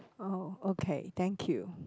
oh okay thank you